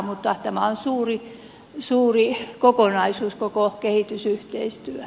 mutta tämä on suuri kokonaisuus koko kehitysyhteistyö